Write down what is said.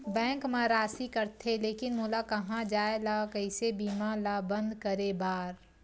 Bank मा राशि कटथे लेकिन मोला कहां जाय ला कइसे बीमा ला बंद करे बार?